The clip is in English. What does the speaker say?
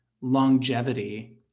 longevity